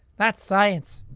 that's science.